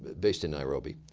based in nairobi.